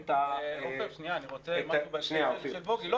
עפר, אני רוצה משהו בהקשר לדברים של בוגי.